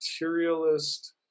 materialist